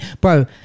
bro